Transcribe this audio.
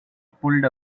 pulled